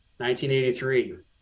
1983